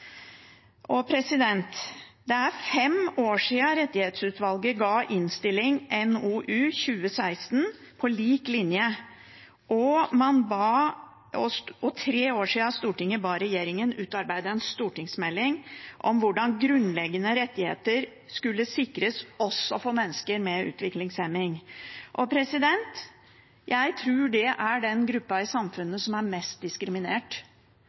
Det er fem år siden rettighetsutvalget avga sin innstilling, NOU 2016: 17 På lik linje, og tre år siden Stortinget ba regjeringen utarbeide en stortingsmelding om hvordan grunnleggende rettigheter skulle sikres også for mennesker med utviklingshemming. Jeg tror det er den gruppa i samfunnet som er mest diskriminert,